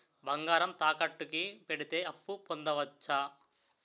బంగారం తాకట్టు కి పెడితే అప్పు పొందవచ్చ?